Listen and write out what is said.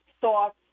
thoughts